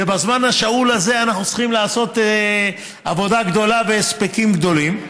ובזמן השאול הזה אנחנו צריכים לעשות עבודה גדולה והספקים גדולים.